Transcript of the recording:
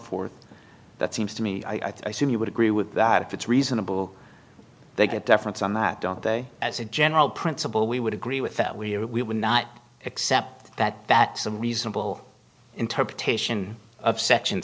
forth that seems to me i see you would agree with that if it's reasonable they get deference on that don't they as a general principle we would agree with that we would not accept that that's a reasonable interpretation of section